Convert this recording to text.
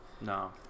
no